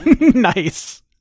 Nice